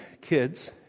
kids